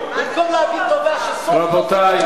רבותי,